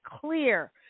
clear